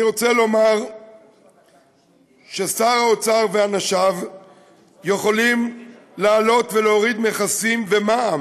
אני רוצה לומר ששר האוצר ואנשיו יכולים להעלות ולהוריד מכסים ומע"מ,